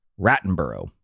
Rattenborough